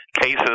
cases